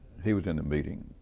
he was in a meeting,